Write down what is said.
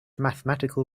mathematical